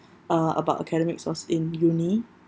uh about academics was in uni